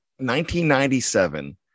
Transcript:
1997